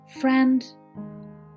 Friend